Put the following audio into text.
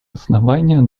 основания